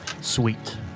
Sweet